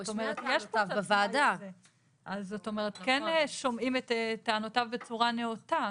זאת אומרת, כן שומעים את טענותיו בצורה נאותה.